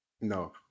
No